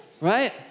right